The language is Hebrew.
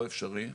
לא אפשרי.